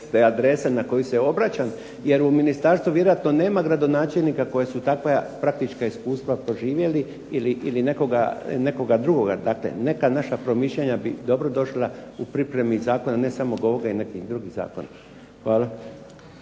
ste adresa na koju se obraćam. Jer u ministarstvu nema gradonačelnika koja su takva praktička iskustva proživjeli ili nekoga drugoga. Dakle, neka naša promišljanja bi dobro došla u pripremi zakona ne samo ovoga nego i nekih drugih zakona. Hvala.